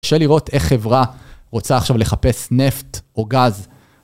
קשה לראות איך חברה רוצה עכשיו לחפש נפט או גז.